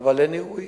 אבל אין אירועים.